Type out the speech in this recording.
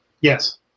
Yes